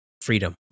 freedom